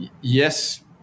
yes